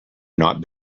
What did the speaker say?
not